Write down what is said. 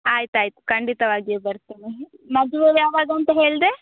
ಆಯ್ತು ಆಯ್ತು ಖಂಡಿತವಾಗಿಯು ಬರ್ತೇನೆ ಮದುವೆ ಯಾವಾಗ ಅಂತ ಹೇಳಿದೆ